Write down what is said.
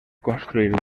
construir